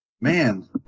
man